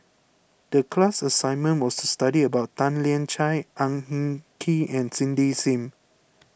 the class assignment was to study about Tan Lian Chye Ang Hin Kee and Cindy Sim